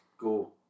go